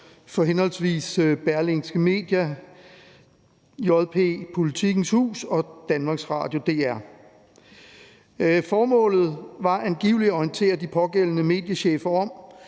for henholdsvis Berlingske Media, JP/Politikens Hus og DR. Formålet var angivelig at orientere de pågældende mediechefer om,